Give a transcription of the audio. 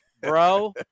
bro